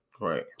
Right